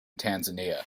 tanzania